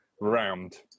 round